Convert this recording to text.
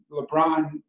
LeBron